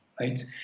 right